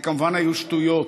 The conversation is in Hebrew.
אלה כמובן היו שטויות.